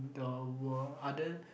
the world other